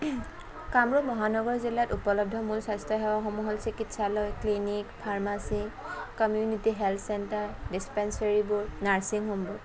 কামৰূপ মহানগৰ জিলাত উপলব্ধ মূল স্বাস্থ্যসেৱাসমূহ হ'ল চিকিৎসালয় clinic pharmacy community health centre ডিছপেনছেৰীবোৰ নাৰ্ছিংহোমবোৰ